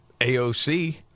AOC